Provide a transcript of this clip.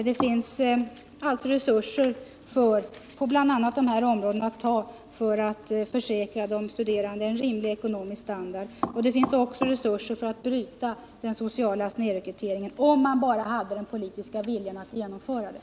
Det finns alltså resurser på bl.a. de här områdena att ta av för att tillförsäkra de studerande en rimlig ekonomisk standard, och det finns också möjligheter att bryta den sociala snedrekryteringen om man bara hade den politiska viljan att genomföra det.